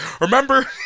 Remember